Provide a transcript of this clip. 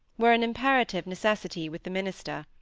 were an imperative necessity with the minister,